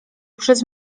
przez